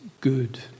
good